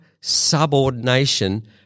subordination